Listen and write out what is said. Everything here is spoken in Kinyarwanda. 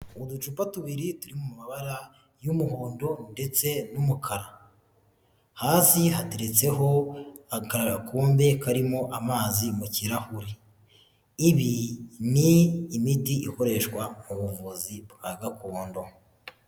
Uducupa tubiri turi mu mabara y'umuhondo ndetse n'umukara hafi hateritseho agakombe karimo amazi mu kirahuri, ibi ni imiti ikoreshwa mu buvuzi bwa gakondo.